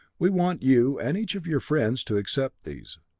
we want you, and each of your friends, to accept these.